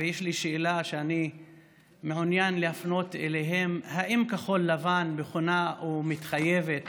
ויש לי שאלה שאני מעוניין להפנות אליהם: האם כחול לבן מוכנה או מתחייבת